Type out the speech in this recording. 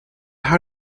how